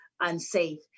unsafe